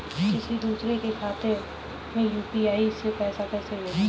किसी दूसरे के खाते में यू.पी.आई से पैसा कैसे भेजें?